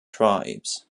tribes